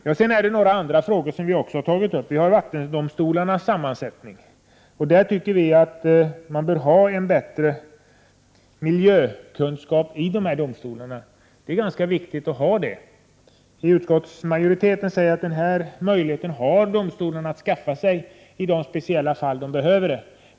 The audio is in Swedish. Jag vill även ta upp vattendomstolarnas sammansättning. Vi anser att dessa domstolar bör ha en bättre miljökunskap. Det är ganska viktigt att de har sådan kunskap. Utskottsmajoriteten säger att domstolarna har möjlighet att skaffa sig denna kunskap när de behöver den.